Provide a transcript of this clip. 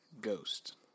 Ghost